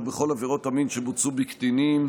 בכל עבירות המין שבוצעו בקטינים,